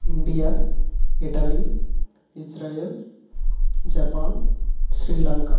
India Italy Israel Japan Sri Lanka